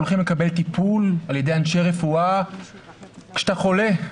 הולכים לקבל טיפול על ידי אנשי רפואה כשאתה חולה.